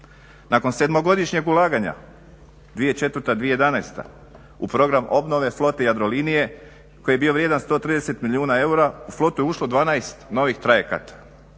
Nakon sedmogodišnjeg ulaganja 2004.-2011.u program obnove flote Jadrolinije koji je bio vrijedan 130 milijuna eura u flotu je ušlo 12 novih trajekata